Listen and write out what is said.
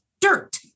Dirt